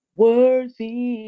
worthy